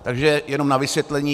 Takže jenom na vysvětlení.